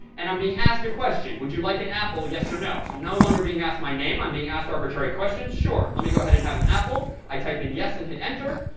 and i'm being asked a question. would you like an apple? yes or no. so i'm no longer being asked my name. i'm being asked arbitrary questions. sure. let me go ahead and have an apple. i type in yes and hit enter.